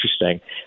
interesting